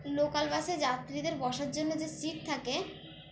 local বাসে যাত্রীদের বসার জন্য যে সিট থাকে